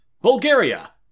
Bulgaria